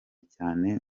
cyane